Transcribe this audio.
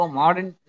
modern